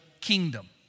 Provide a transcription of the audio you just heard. kingdom